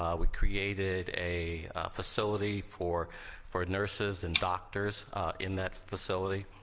um we created a facility for for nurses and doctors in that facility.